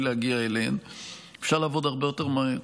להגיע אליהן היא שאפשר לעבוד הרבה יותר מהר.